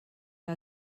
que